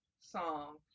song